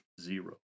zero